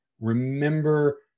remember